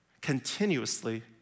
continuously